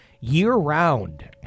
year-round